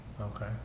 Okay